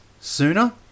sooner